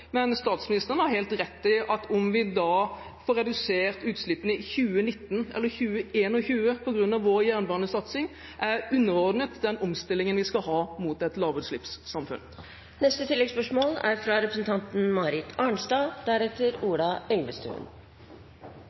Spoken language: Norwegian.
Men statsministeren har helt rett i at om vi da får redusert utslippene i 2019 eller i 2021 på grunn av vår jernbanesatsing, er underordnet den omstillingen vi skal ha mot et lavutslippssamfunn.